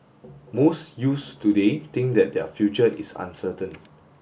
most youths today think that their future is uncertain